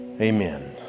Amen